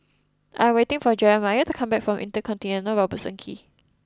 I am waiting for Jerimiah to come back from InterContinental Robertson Quay